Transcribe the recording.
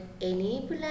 enable